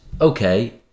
okay